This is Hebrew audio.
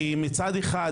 ואני אגיד עוד דבר אחד,